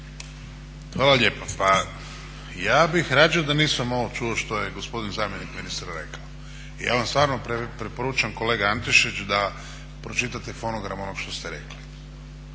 Hvala lijepa. Pa ja bih rađe da nisam ovo čuo što je gospodin zamjenik ministra rekao. I ja vam stvarno preporučam kolega Antešić da pročitate fonogram onog što ste rekli